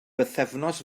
bythefnos